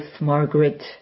Margaret